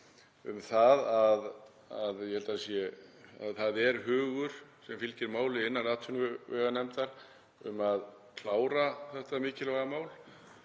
um það að ég held að það sé hugur sem fylgir máli innan atvinnuveganefndar um að klára þetta mikilvæga mál.